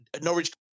Norwich